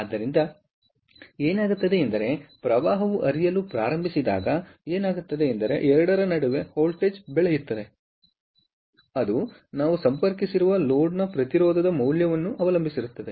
ಆದ್ದರಿಂದ ಏನಾಗುತ್ತದೆ ಎಂದರೆ ಪ್ರವಾಹವು ಹರಿಯಲು ಪ್ರಾರಂಭಿಸಿದಾಗ ಏನಾಗುತ್ತದೆ ಎಂದರೆ 2 ರ ನಡುವೆ ವೋಲ್ಟೇಜ್ಬೆಳೆಯುತ್ತದೆ ಅದು ನಾವು ಸಂಪರ್ಕಿಸಿರುವ ಲೋಡ್ನ ಪ್ರತಿರೋಧದ ಮೌಲ್ಯವನ್ನು ಅವಲಂಬಿಸಿರುತ್ತದೆ